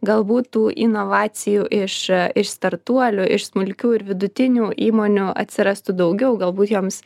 galbūt tų inovacijų iš iš startuolių iš smulkių ir vidutinių įmonių atsirastų daugiau galbūt joms